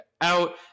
out